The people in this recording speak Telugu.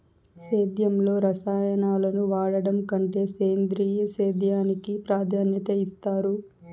సేద్యంలో రసాయనాలను వాడడం కంటే సేంద్రియ సేద్యానికి ప్రాధాన్యత ఇస్తారు